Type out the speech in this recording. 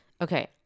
Okay